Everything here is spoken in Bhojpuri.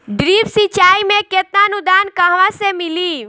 ड्रिप सिंचाई मे केतना अनुदान कहवा से मिली?